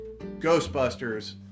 Ghostbusters